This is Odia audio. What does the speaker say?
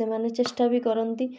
ସେମାନେ ଚେଷ୍ଟା ବି କରନ୍ତି